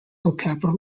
capital